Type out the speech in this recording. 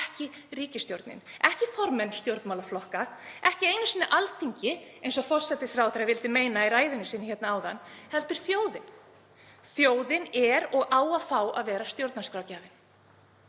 ekki ríkisstjórnin, ekki formenn stjórnmálaflokka, ekki einu sinni Alþingi eins og forsætisráðherra vildi meina í ræðu sinni áðan, heldur þjóðin. Þjóðin er og á að fá að vera stjórnarskrárgjafinn.